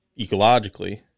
ecologically